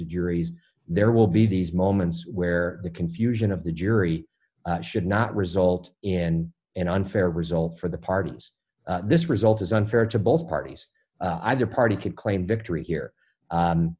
juries there will be these moments where the confusion of the jury should not result in an unfair result for the parties this result is unfair to both parties either party could claim victory here